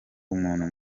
umuntu